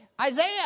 Isaiah